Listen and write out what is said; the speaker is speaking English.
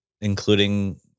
including